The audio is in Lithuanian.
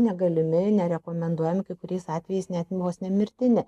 negalimi nerekomenduojami kai kuriais atvejais net vos ne mirtini